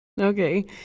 Okay